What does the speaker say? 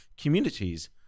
communities